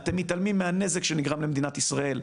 אתם מתעלמים מהנזק שנגרם למדינת ישראל,